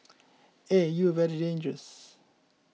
eh you are very dangerous